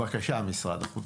בבקשה, משרד החוץ.